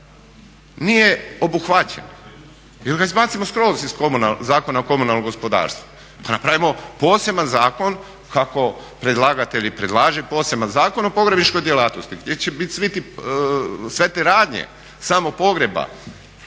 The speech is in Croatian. nije obuhvaćen. Ili ga izbacimo skroz iz Zakona o komunalnom gospodarstvu pa napravimo poseban zakon kako predlagatelj i predlaže poseban Zakon o pogrebničkoj djelatnosti gdje će biti sve te radnje samog pogreba